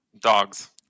Dogs